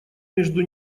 между